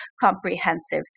comprehensive